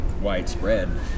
widespread